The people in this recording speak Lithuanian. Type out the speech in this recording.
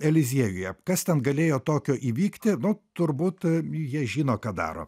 eliziejuje kas ten galėjo tokio įvykti nu turbūt jie žino ką daro